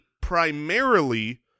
primarily